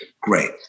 Great